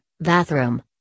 bathroom